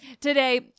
today